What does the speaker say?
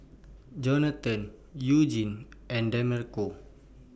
Jonathan Eugenie and Demarco